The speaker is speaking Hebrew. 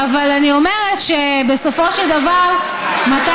אבל אני אומרת שבסופו של דבר מתישהו